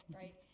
right